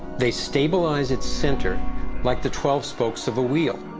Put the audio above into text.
they stabilize its center like the twelve spokes of a wheel.